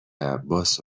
عباس